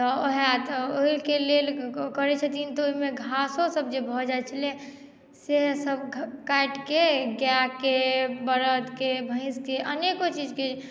तऽ वएह ओहिके लेल करै छथिन तऽ ओहिमे घासो सभ भऽ जाइत छलै से सभ काटिके गायकेँ बरदकेँ भैसकेँ आओर अनेको चीजकेँ